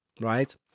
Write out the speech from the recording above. right